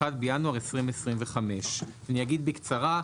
1 בינואר 2025. אגיד בקצרה.